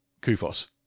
Kufos